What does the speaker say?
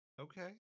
Okay